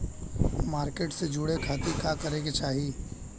Market से जुड़े खाती का करे के चाही?